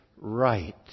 right